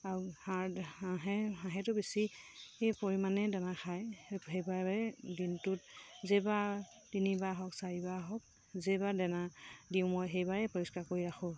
আৰু হাঁহ হাঁহে হাঁহেটো বেছিয়ে পৰিমাণেই দানা খায় সেইবাবে দিনটোত যেইবাৰ তিনিবাৰ হওক চাৰিবাৰ হওক যেইবাৰ দানা দিওঁ মই সেইবাৰেই পৰিষ্কাৰ কৰি ৰাখোঁ